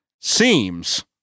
seems